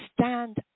stand